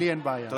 תודה, אדוני.